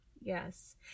Yes